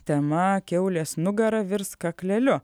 tema kiaulės nugara virs kakleliu